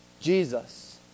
Jesus